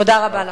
תודה רבה לכם.